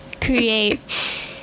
create